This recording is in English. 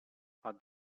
are